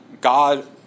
God